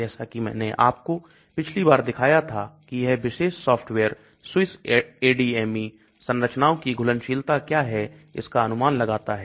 जैसा कि मैंने आपको पिछली बार दिखाया था कि यह विशेष सॉफ्टवेयर SWISSADME संरचनाओं की घुलनशीलता क्या है इसका अनुमान लगाता है